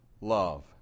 love